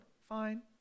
Fine